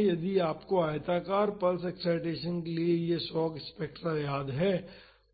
यदि आपको आयताकार पल्स एक्साइटेसन के लिए यह शॉक स्पेक्ट्रम याद है